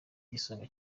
igisonga